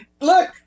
look